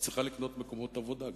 היא צריכה לקנות מקומות עבודה.